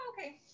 okay